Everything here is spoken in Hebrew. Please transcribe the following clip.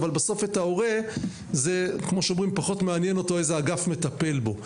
אבל בסוף את ההורה פחות מעניין איזה אגף מטפל בו.